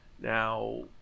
Now